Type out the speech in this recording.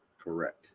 correct